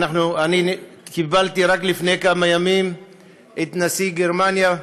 אני קיבלתי רק לפני כמה ימים את נשיא גרמניה,